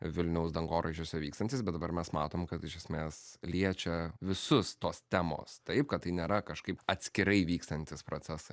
vilniaus dangoraižiuose vykstantys bet dabar mes matom kad iš esmės liečia visus tos temos taip kad tai nėra kažkaip atskirai vykstantys procesai